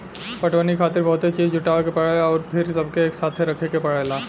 पटवनी खातिर बहुते चीज़ जुटावे के परेला अउर फिर सबके एकसाथे रखे के पड़ेला